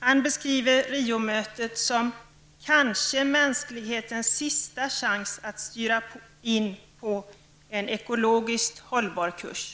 Han beskriver Riomötet som ''kanske mänsklighetens sista chans att styra in på en ekologiskt hållbar kurs''.